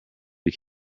you